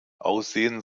aussehen